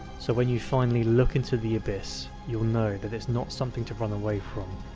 so when you finally look into the abyss, you'll know that it's not something to run away from,